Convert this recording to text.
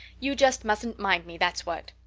you just mustn't mind me, that's what.